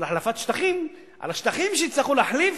החלפת שטחים, על השטחים שיצטרכו להחליף,